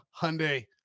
Hyundai